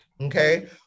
okay